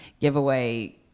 giveaway